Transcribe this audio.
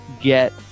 get